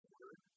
word